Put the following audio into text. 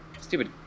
Stupid